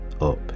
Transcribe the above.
up